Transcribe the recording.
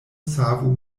savu